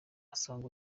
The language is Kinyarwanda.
asange